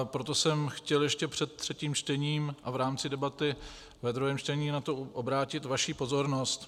Proto jsem chtěl ještě před třetím čtením a v rámci debaty ve druhém čtení na to obrátit vaši pozornost.